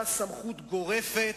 מפרקים לה את הטאסות ואת הגלגלים,